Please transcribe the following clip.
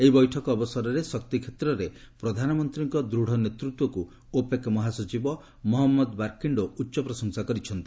ଏହି ବୈଠକ ଅବସରରେ ଶକ୍ତି କ୍ଷେତ୍ରରେ ପ୍ରଧାନମନ୍ତ୍ରୀଙ୍କ ଦୃଢ଼ ନେତୃତ୍ୱକୁ ଓପେକ୍ ମହାସଚିବ ମହମ୍ମଦ ବାର୍କିଣ୍ଡୋ ଉଚ୍ଚ ପ୍ରଶଂସା କରିଛନ୍ତି